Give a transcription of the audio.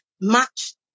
match